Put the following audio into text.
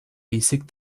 basic